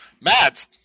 Mads